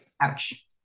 Ouch